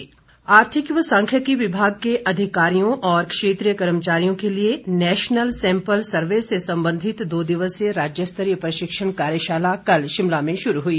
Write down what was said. कार्यशाला आर्थिक व सांख्यिकी विभाग के अधिकारियों और क्षेत्रीय कर्मचारियों के लिए नैशनल सैंपल सर्वे से संबंधित दो दिवसीय राज्य स्तरीय प्रशिक्षण कार्यशाला कल शिमला में शुरू हुई